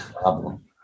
problem